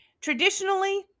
Traditionally